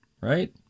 Right